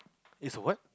is a what